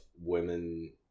women